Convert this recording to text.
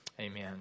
Amen